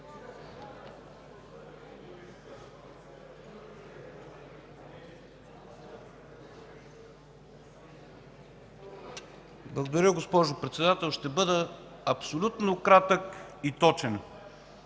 Благодаря, госпожо Председател. Ще бъда абсолютно кратък и точен.